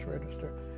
register